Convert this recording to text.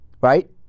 right